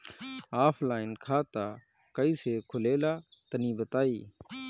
Offline खाता कइसे खुलेला तनि बताईं?